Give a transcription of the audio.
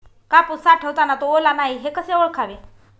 कापूस साठवताना तो ओला नाही हे कसे ओळखावे?